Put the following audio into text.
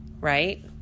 right